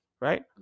right